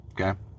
Okay